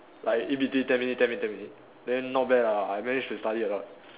like in between ten minute ten minute ten minute then not bad lah I managed to study a lot